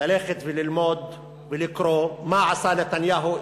ללכת וללמוד ולקרוא מה עשה נתניהו,